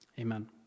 Amen